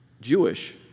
Jewish